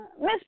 Miss